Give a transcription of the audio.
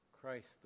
Christ